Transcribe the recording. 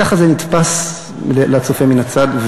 ככה זה נתפס לצופה מן הצד,